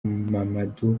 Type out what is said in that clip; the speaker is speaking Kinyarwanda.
mamadou